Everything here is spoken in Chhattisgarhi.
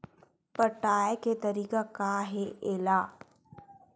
पटाय के तरीका का हे एला?